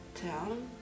town